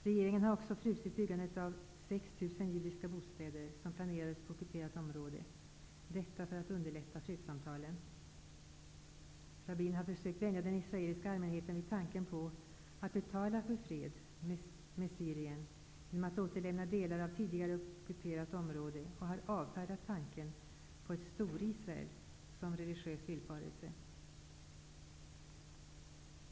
Regeringen har också frusit byggandet av 6 000 judiska bostäder, som planerades på ockuperat område, för att underlätta fredssamtalen. Rabin har försökt att vänja den israeliska allmänheten vid tanken på att man betalar för fred med Syrien genom att återlämna delar av tidigare ockuperat område, och han har avfärdat tanken på ett ''Storisrael'' och betecknat den som en religiös villfarelse.